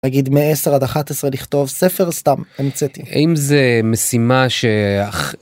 נגיד מ-10 עד 11 לכתוב ספר סתם המצאתי אם זה משימה.